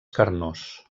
carnós